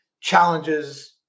challenges